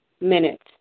minutes